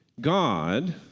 God